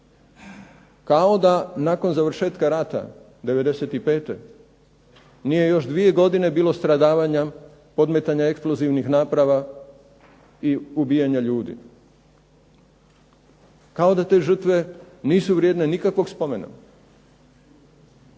Kao da nakon završetka rata '95. nije još dvije godine bilo stradavanja, podmetanja eksplozivnih naprava, i ubijanja ljudi. Kao da te žrtve nisu vrijedne nikakvog spomena.